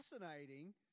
fascinating